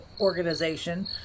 organization